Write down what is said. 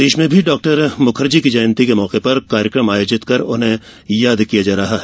प्रदेश में भी डाक्टर मुखर्जी की जयंती के मौके पर कार्यक्रम आयोजित कर उन्हें याद किया जा रहा है